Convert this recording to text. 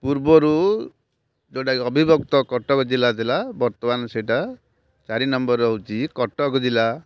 ପୂର୍ବରୁ ଯେଉଁଟାକି ଅଭିବ୍ୟକ୍ତ କଟକ ଜିଲ୍ଲା ଥିଲା ବର୍ତ୍ତମାନ ସେଇଟା ଚାରି ନମ୍ବର୍ରେ ହେଉଛି କଟକ ଜିଲ୍ଲା